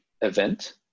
event